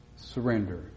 surrender